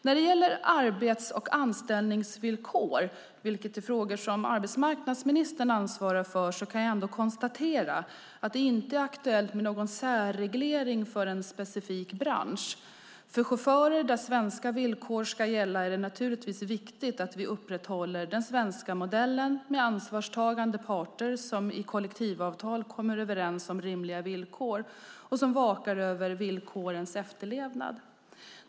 När det gäller arbets och anställningsvillkor, vilket är frågor som arbetsmarknadsministern ansvarar för, kan jag ändå konstatera att det inte är aktuellt med någon särreglering för en specifik bransch. För chaufförer där svenska villkor ska gälla är det naturligtvis viktigt att vi upprätthåller den svenska modellen med ansvarstagande parter som i kollektivavtal kommer överens om rimliga villkor och som vakar över villkorens efterlevnad.